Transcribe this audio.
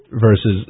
versus